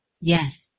Yes